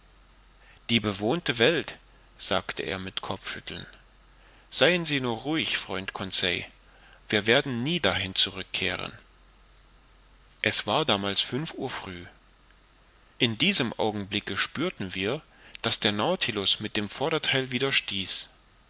die bewohnte welt sagte er mit kopfschütteln seien sie nur ruhig freund conseil wir werden nie dahin zurückkehren es war damals fünf uhr früh in diesem augenblicke spürten wir daß der nautilus mit dem vordertheil